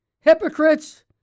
Hypocrites